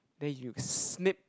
then you snip